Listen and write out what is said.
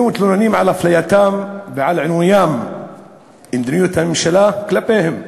הם היו מתלוננים על אפלייתם ועל עינוים במדיניות הממשלה כלפיהם.